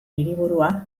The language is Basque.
hiriburua